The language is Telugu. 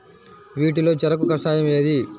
వీటిలో చెరకు కషాయం ఏది?